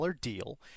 deal